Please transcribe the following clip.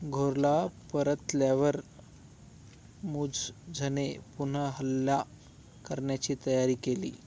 घोरला परतल्यावर मूझझने पुन्हा हल्ला करण्याची तयारी केली